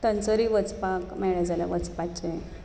थंयसरूय वचपाक मेळ्ळें जाल्यार वचपाचें